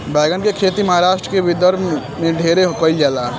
बैगन के खेती महाराष्ट्र के विदर्भ में ढेरे कईल जाला